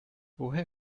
woher